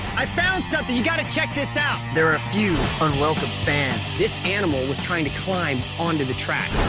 i found something. you got to check this out. there are a few unwelcome fans. this animal was trying to climb onto the track.